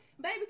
Baby